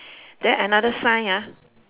then another sign ah